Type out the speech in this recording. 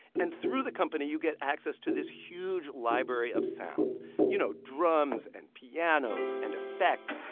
and through the company, you get access to this huge library of sounds you know, drums. and pianos. and effects.